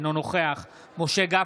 אינו נוכח משה גפני,